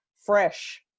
fresh